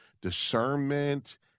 discernment